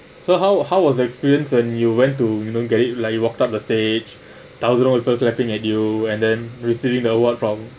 so how how was the experience when you went to you know get it like you walked up the stage thousand of people clapping at you and then receiving the award from